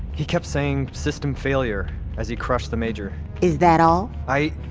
he kept saying system failure as he crushed the major is that all? i.